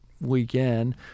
weekend